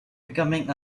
becoming